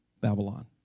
Babylon